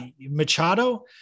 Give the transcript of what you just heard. Machado